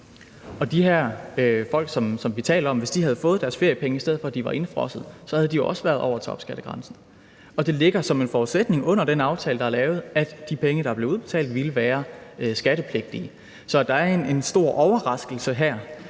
hvis de her folk, som vi taler om, havde fået deres feriepenge, i stedet for at de var indefrosset, havde de også været over topskattegrænsen. Og det ligger som en forudsætning under den aftale, der er lavet, at de penge, der er blevet udbetalt, ville være skattepligtige. Så at der er en stor overraskelse her